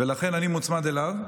ולכן אני מוצמד אליו,